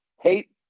Hate